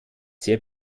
sehr